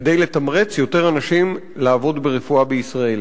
כדי לתמרץ יותר אנשים לעבוד ברפואה בישראל.